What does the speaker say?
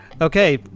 Okay